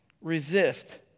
resist